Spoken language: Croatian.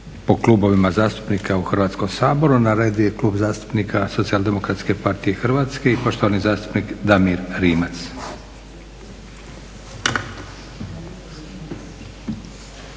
po Klubovima zastupnika u Hrvatskom saboru. Na redu je Klub zastupnika Socijaldemokratske partije Hrvatske i poštovani zastupnik Damir Rimac.